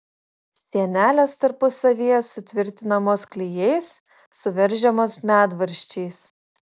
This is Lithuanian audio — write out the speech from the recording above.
sienelės tarpusavyje sutvirtinamos klijais suveržiamos medvaržčiais